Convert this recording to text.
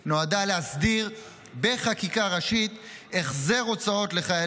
נועדה להסדיר בחקיקה ראשית החזר הוצאות לחיילי